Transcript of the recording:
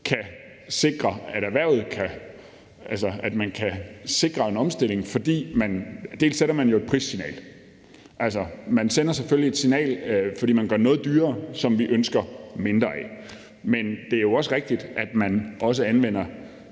man bl.a. med de midler kan sikre en omstilling. Til dels sender man jo et prissignal, altså, man sender selvfølgelig et signal, fordi man gør noget dyrere, som vi ønsker mindre af. Men det er jo også rigtigt, at man også anvender